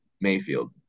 Mayfield